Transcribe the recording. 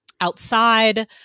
outside